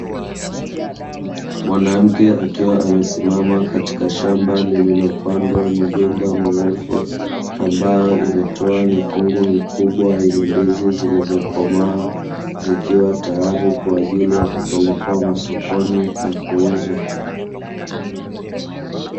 Mwanamke akiwa amesimama katika shamba lililopandwa migomba mirefu ambayo imetoa mikungu mikubwa yenye ndizi zilizokomaa zikiwa tayari kwa ajili ya kupelekwa masokoni na kuuzwa.